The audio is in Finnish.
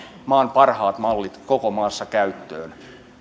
maan parhaat mallit koko maassa käyttöön